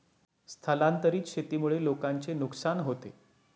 स्थलांतरित शेतीमुळे लोकांचे नुकसान होते